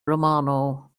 romano